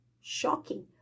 Shocking